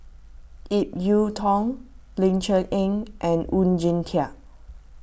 Ip Yiu Tung Ling Cher Eng and Oon Jin Teik